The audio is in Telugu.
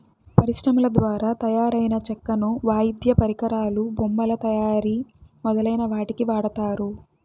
పరిశ్రమల ద్వారా తయారైన చెక్కను వాయిద్య పరికరాలు, బొమ్మల తయారీ మొదలైన వాటికి వాడతారు